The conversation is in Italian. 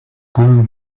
con